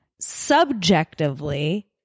Subjectively